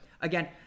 again